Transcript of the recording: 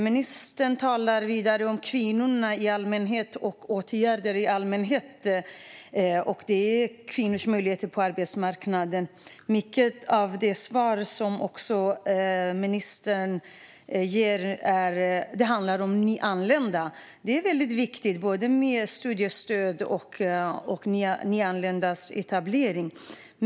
Ministern talar vidare om kvinnor och om åtgärder i allmänhet och om kvinnors möjligheter på arbetsmarknaden. Mycket i ministerns svar handlar om nyanlända. Det är väldigt viktigt både med studiestöd och med nyanländas etablering.